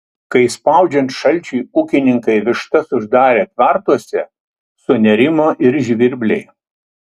kai spaudžiant šalčiui ūkininkai vištas uždarė tvartuose sunerimo ir žvirbliai